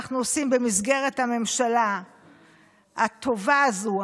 שאנחנו עושים במסגרת הממשלה הטובה הזאת,